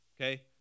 okay